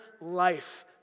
life